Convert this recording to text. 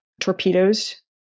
torpedoes